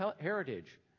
heritage